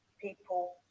People